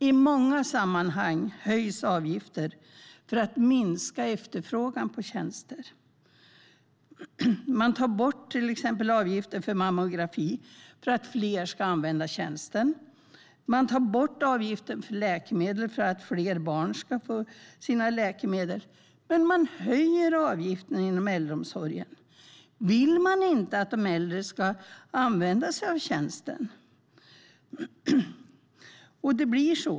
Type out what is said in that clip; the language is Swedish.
I många sammanhang höjs avgifter för att minska efterfrågan på tjänster. Man tar bort till exempel avgiften för mammografi för att fler ska använda tjänsten, man tar bort avgiften för läkemedel till barn för att fler barn ska få sina läkemedel, men man höjer avgiften inom äldreomsorgen. Vill man inte att de äldre ska använda sig av tjänsten?